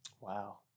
Wow